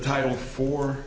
title for